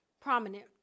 prominent